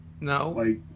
No